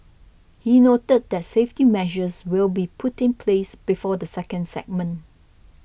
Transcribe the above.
he noted that safety measures will be put in place before the second segment